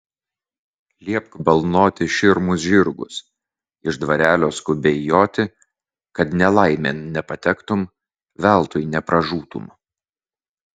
liepk balnoti širmus žirgus iš dvarelio skubiai joti kad nelaimėn nepatektum veltui nepražūtum